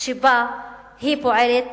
שפועלת